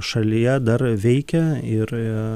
šalyje dar veikia ir